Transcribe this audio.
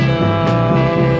now